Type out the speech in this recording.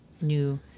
new